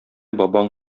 бабаң